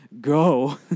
go